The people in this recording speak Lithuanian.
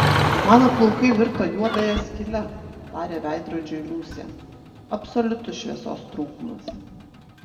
mano plaukai virto juodąja skyle tarė veidrodžiui liusė absoliutus šviesos trūkumas